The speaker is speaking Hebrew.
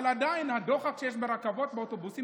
אבל עדיין את הדוחק שיש ברכבות ובאוטובוסים